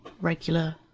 regular